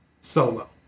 solo